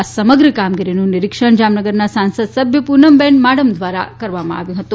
આ સમગ્ર કામગીરીનું નિરીક્ષણ જામનગરના સાંસદ સભ્ય પૂનમબેન માડમ દ્વારા કરવામાં આવ્યું હતું